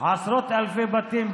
עשרות אלפי בתים,